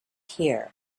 here